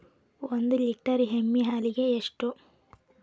ಒಂದು ಲೇಟರ್ ಎಮ್ಮಿ ಹಾಲಿಗೆ ಎಷ್ಟು?